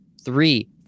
three